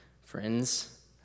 friends